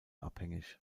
abhängig